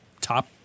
top